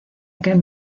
aquel